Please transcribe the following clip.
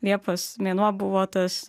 liepos mėnuo buvo tas